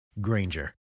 Granger